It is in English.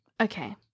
Okay